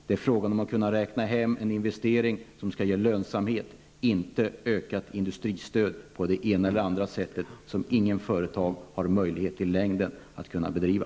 Det är fråga om att räkna fram en investering som skall ge lönsamhet, inte om en verksamhet som bygger på ett ökat industristöd, en verksamhet som inget företag i längden har möjlighet att bedriva.